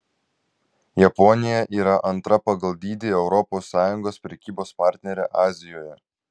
japonija yra antra pagal dydį europos sąjungos prekybos partnerė azijoje